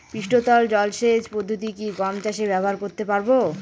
পৃষ্ঠতল জলসেচ পদ্ধতি কি গম চাষে ব্যবহার করতে পারব?